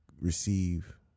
receive